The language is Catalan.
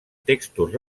textos